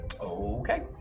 Okay